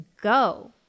go